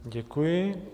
Děkuji.